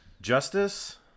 Justice